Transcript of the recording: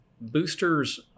Boosters